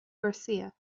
garcia